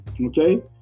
Okay